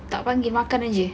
tak panggil makan aje